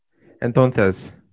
Entonces